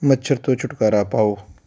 ਮੱਛਰ ਤੋਂ ਛੁਟਕਾਰਾ ਪਾਓ